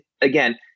Again